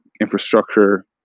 infrastructure